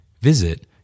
Visit